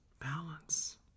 Balance